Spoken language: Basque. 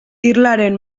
irlaren